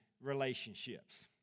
relationships